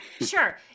Sure